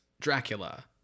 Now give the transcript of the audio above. Dracula